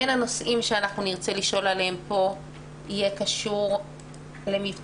בין הנושאים שנרצה לשאול עליהם פה יהיה קשר למבצעי